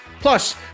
Plus